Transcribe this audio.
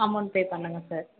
amount pay பண்ணுங்கள் sir